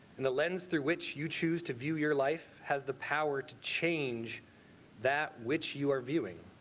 and the lens through which you choose to view your life has the power to change that which you are viewing.